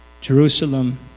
Jerusalem